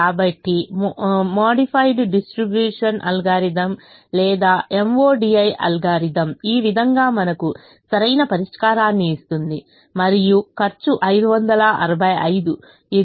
కాబట్టి modified distribution algorithm లేదా MODI algorithm ఈ విధంగా మనకు సరైన పరిష్కారాన్ని ఇస్తుంది మరియు ఖర్చు 565 ఇది